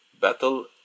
battle